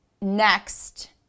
next